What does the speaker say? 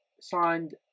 signed